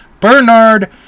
Bernard